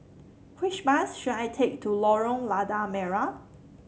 which bus should I take to Lorong Lada Merah